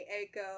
Echo